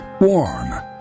warm